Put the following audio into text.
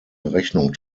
rechnung